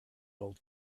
old